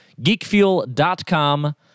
geekfuel.com